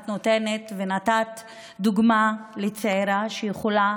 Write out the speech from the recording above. את נותנת ונתת דוגמה לצעירה שיכולה,